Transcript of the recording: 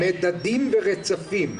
מדדים ורצפים.